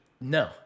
No